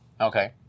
Okay